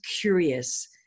curious